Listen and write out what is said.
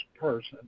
person